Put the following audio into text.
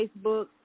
Facebook